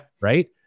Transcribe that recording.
Right